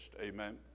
amen